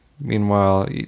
Meanwhile